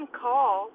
call